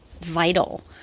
vital